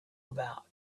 about